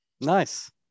Nice